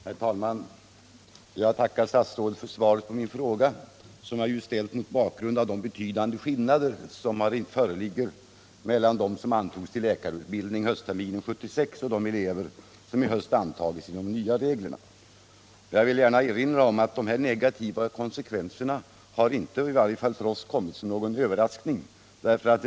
Herr talman! Jag tackar statsrådet för svaret på min fråga, som jag ställt mot bakgrund av de betydande skillnader som föreligger mellan dem som antogs till läkarutbildning höstterminen 1976 och de elever som i höst antagits enligt de nya reglerna. Jag vill erinra om att de negativa konsekvenserna av dessa regler i varje fall inte för oss kommit som någon överraskning.